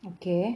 okay